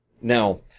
Now